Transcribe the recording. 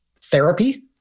therapy